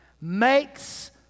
makes